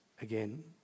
again